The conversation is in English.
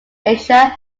asia